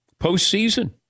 postseason